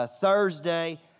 Thursday